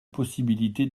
possibilité